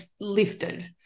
lifted